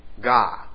God